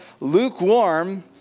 lukewarm